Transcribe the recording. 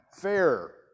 fair